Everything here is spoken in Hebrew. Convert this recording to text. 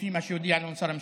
לפי מה שהודיע לנו שר המשפטים.